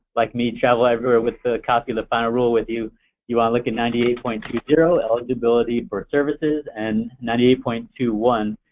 like me, travel everywhere with a copy of the final rule with you you want to look at ninety eight point two zero, eligibility for services and ninety eight point two one,